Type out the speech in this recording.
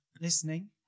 listening